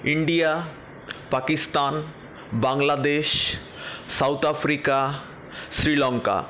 India Pakistan Bangladesh South Africa Sri Lanka